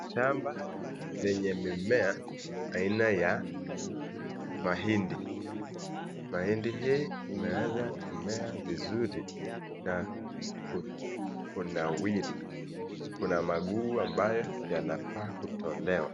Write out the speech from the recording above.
Shamba lenye mimea aina ya mahindi. Mahindi hii imeweza kumea vizuri na kunawiri. Kuna magugu ambayo yanafaa kutolewa.